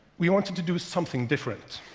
we wanted to do something different.